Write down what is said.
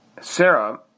Sarah